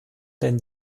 denn